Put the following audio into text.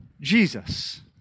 Jesus